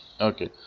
Okay